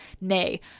Nay